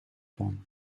van